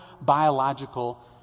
biological